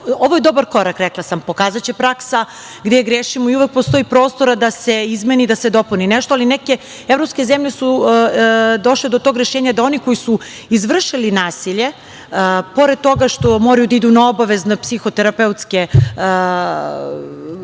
je dobar korak, rekla sam, pokazaće praksa gde grešimo i uvek postoji prostora da se izmeni i da se dopuni nešto, ali neke evropske zemlje su došle do tog rešenja da oni koji su izvršili nasilje, pored toga što moraju da idu na obavezne psihoterapeutske sastanke,